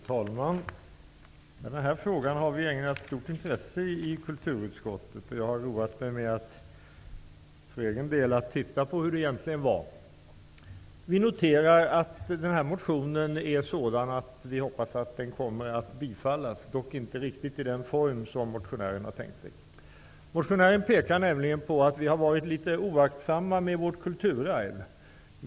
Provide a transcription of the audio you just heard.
Fru talman! Den här frågan har vi ägnat stort intresse i kulturutskottet. Jag har för egen del roat mig med att titta på hur det egentligen var. Vi noterar i utskottet att motionen är sådan att vi hoppas att den kommer att bifallas, dock inte riktigt i den form som motionären har tänkt sig. Motionären pekar nämligen på att vi har varit litet oaktsamma med vårt kulturarv.